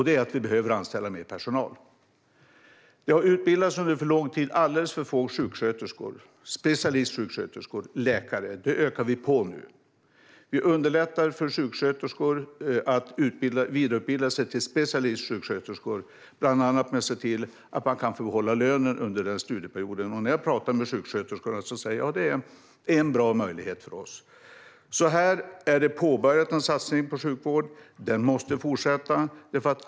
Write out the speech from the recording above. Det är att vi behöver anställa mer personal. Det har under för lång tid utbildats alldeles för få sjuksköterskor, specialistsjuksköterskor och läkare. Det ökar vi nu på. Vi underlättar för sjuksköterskor att vidareutbilda sig till specialistsjuksköterskor bland annat genom att se till att de kan få behålla lönen under studieperioden. När jag pratar med sjuksköterskorna säger de att det är en bra möjlighet för dem. Här är det påbörjat en satsning på sjukvård. Den måste fortsätta.